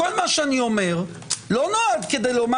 כל מה שאני אומר לא נועד כדי לומר